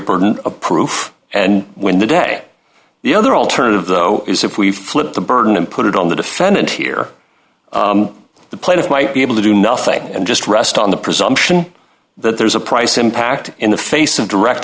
burden of proof and win the day the other alternative though is if we flip the burden and put it on the defendant here the plaintiff might be able to do nothing and just rest on the presumption that there's a price impact in the face of direct